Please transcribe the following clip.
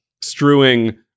strewing